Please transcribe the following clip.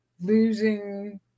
losing